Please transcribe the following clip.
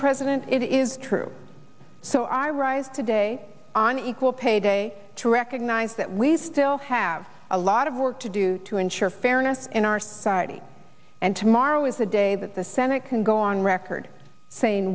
president it is true so i rise today on equal pay day to recognize that we still have a lot of work to do to ensure fairness in our society and tomorrow is a day that the senate can go on record saying